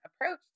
approach